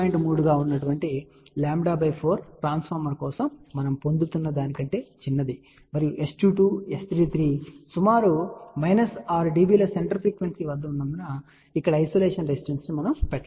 3 గా ఉన్న λ 4 ట్రాన్స్ఫార్మర్ కోసం మనం పొందుతున్న దానికంటే చిన్నది మరియు S22 S33 సుమారుగా 6 dB సెంటర్ ఫ్రీక్వెన్సీ వద్ద ఉన్నందున మనము ఇక్కడ ఐసోలేషన్ రెసిస్టెన్స్ ను పెట్టలేదు